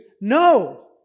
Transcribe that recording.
No